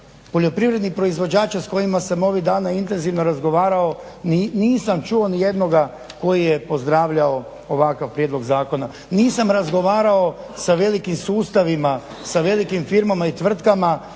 poljoprivrednih proizvođača s kojima sam ovih dana intenzivno razgovarao. Nisam čuo nijednoga koji je pozdravljao ovakav prijedlog zakona. Nisam razgovarao sa velikim sustavima, sa velikim firmama i tvrtkama